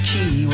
Key